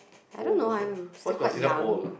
I don't know I'm still quite young